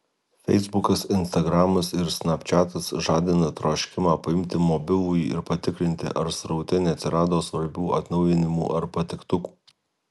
feisbukas instagramas ir snapčiatas žadina troškimą paimti mobilųjį ir patikrinti ar sraute neatsirado svarbių atnaujinimų ar patiktukų